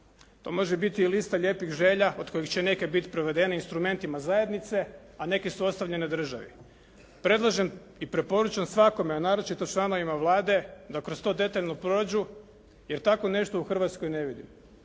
To može biti lista lijepih želja od kojih će neke biti prevedene instrumentima zajednice, a neke su ostavljene državi. Predlažem i preporučam svakome, a naročito članovima Vlade da kroz to detaljno prođu, jer tako nešto u Hrvatskoj ne vidim.